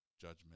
judgment